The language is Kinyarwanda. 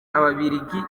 ababiligi